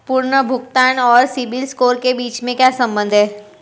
पुनर्भुगतान और सिबिल स्कोर के बीच क्या संबंध है?